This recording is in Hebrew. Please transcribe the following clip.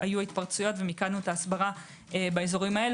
היו התפרצויות ומיקדנו את ההסברה באזורים האלה.